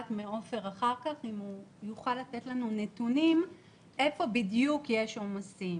מעופר אחר כך אם הוא יוכל לתת לנו נתונים איפה בדיוק יש עומסים,